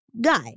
guy